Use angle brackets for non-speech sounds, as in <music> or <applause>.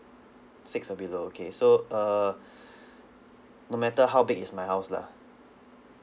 six or below okay so err <breath> no matter how big is my house lah